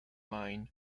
mine